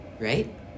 right